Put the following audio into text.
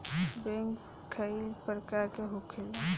bank कई प्रकार के होखेला